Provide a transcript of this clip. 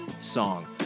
song